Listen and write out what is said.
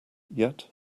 yet